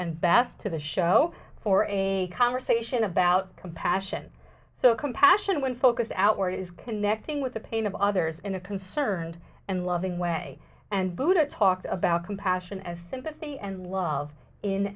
and beth to the show or a conversation about compassion so compassion when focused outward is connecting with the pain of others in a concerned and loving way and buddha talked about compassion and empathy and love in